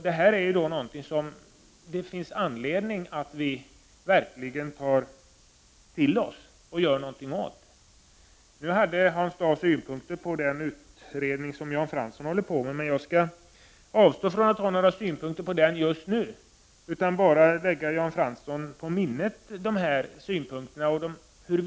Det finns anledning för oss att verkligen ta till oss detta och göra någonting åt förhållandena. Hans Dau hade synpunkter på den utredning som Jan Fransson håller på med. Jag skall avstå från att säga någonting om den just nu, utan jag vill bara att Jan Fransson lägger de synpunkterna på minnet.